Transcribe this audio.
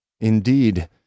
Indeed